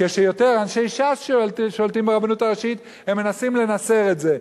כשיותר אנשי ש"ס שולטים ברבנות הראשית הם מנסים לנסר את זה.